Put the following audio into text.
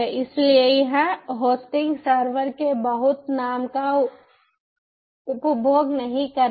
इसलिए यह hosting server के बहुत नाम का उपभोग नहीं करेगा